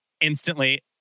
instantly